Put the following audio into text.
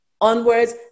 onwards